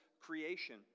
creation